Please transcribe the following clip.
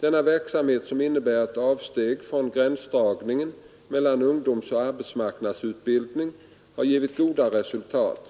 Denna verksamhet, som innebär ett avsteg från gränsdragningen mellan ungdomsoch arbetsmarknadsutbildning, har givit goda resultat.